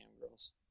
girls